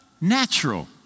natural